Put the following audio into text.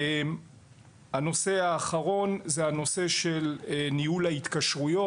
הנושא האחרון זה הנושא של ניהול ההתקשרויות.